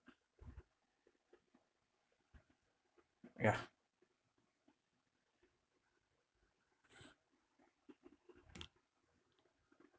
ya